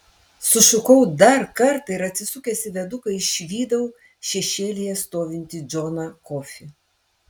sušukau dar kartą ir atsisukęs į viaduką išvydau šešėlyje stovintį džoną kofį